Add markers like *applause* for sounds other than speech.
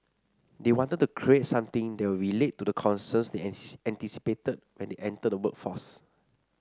they wanted to create something that would relate to the concerns they *unintelligible* anticipated when they enter the workforce